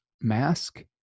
mask